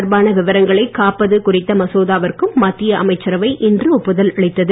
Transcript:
தொடர்பான விவரங்களை காப்பது தனிநபர் குறித்த மசோதாவிற்கும் மத்திய அமைச்சரவை இன்று ஒப்புதல் அளித்தது